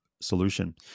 solution